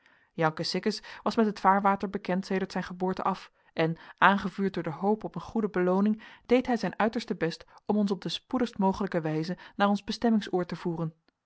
janke sikkes was met het vaarwater bekend sedert zijn geboorte af en aangevuurd door de hoop op een goede belooning deed hij zijn uiterste best om ons op de spoedigst mogelijke wijze naar ons bestemmingsoord te voeren